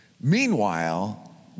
Meanwhile